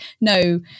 no